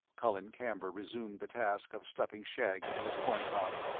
colin camber resumed the task of stuffing shag into his corn-cob.